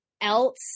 else